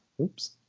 Oops